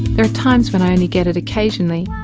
there are times when i only get it occasionally,